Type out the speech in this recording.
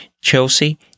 Chelsea